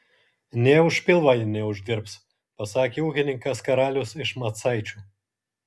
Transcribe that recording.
nė už pilvą ji neuždirbs pasakė ūkininkas karalius iš macaičių